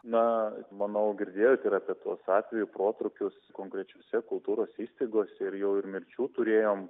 na manau girdėjot ir apie tuos atvejus protrūkius konkrečiose kultūros įstaigose ir jau ir mirčių turėjom